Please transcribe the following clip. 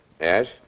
Yes